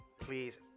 please